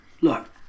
look